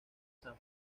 san